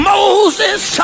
Moses